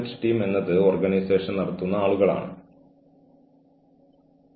അവരുടെ ദേഷ്യം നിങ്ങളോട് ചൊരിഞ്ഞേക്കാം